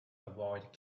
avoid